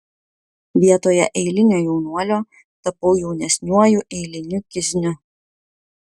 vietoje eilinio jaunuolio tapau jaunesniuoju eiliniu kizniu